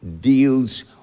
deals